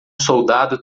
soldado